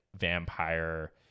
vampire